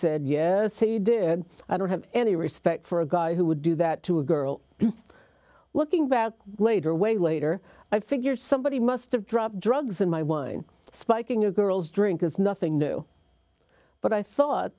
said yes he did i don't have any respect for a guy who would do that to a girl looking back later way later i figured somebody must have dropped drugs in my wine spiking your girl's drink is nothing new but i thought